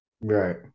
Right